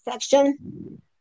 section